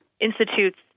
institute's